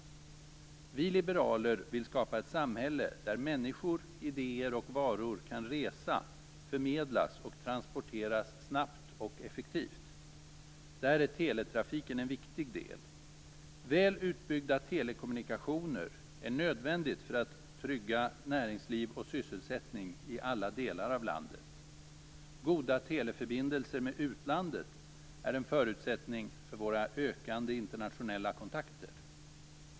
Vi liberaler vill skapa ett samhälle för människor, idéer och varor där det går att resa, förmedla och transportera snabbt och effektivt. Där är teletrafiken en viktig del. Väl utbyggda telekommunikationer är nödvändigt för att trygga näringsliv och sysselsättning i alla delar av landet. Goda teleförbindelser med utlandet är en förutsättning för våra ökande internationella kontakter.